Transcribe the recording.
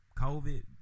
COVID